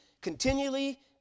continually